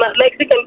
Mexican